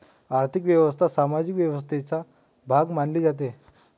आर्थिक व्यवस्था सामाजिक व्यवस्थेचा भाग मानली जाते